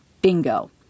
bingo